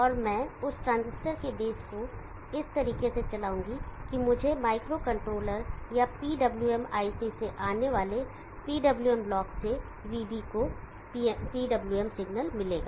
और मैं उस ट्रांजिस्टर के बेस को इस तरीके से चलाऊंगा की मुझे माइक्रोकंट्रोलर या PWM IC से आने वाले PWM ब्लॉक से Vb को PWM सिग्नल मिलेगा